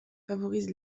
favorise